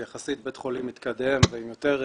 שהוא יחסית בית חולים מתקדם ועם יותר תקציבים,